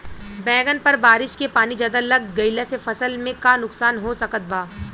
बैंगन पर बारिश के पानी ज्यादा लग गईला से फसल में का नुकसान हो सकत बा?